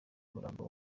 umurambo